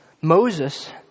Moses